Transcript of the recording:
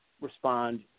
respond